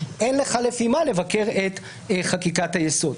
אין לך לפי מה לבקר את חקיקת היסוד.